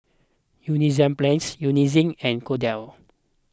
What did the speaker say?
Enzyplex Eucerin and Kordel's